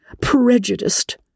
prejudiced